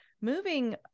moving